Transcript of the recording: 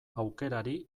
aukerari